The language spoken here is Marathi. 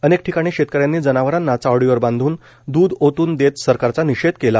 अनेक ठिकाणी शेतकऱ्यांनी जनावरांना चावडीवर बांधून दूध ओतून देत सरकारचा निषेध केला